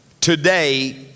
today